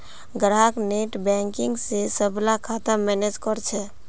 ग्राहक नेटबैंकिंग स सबला खाता मैनेज कर छेक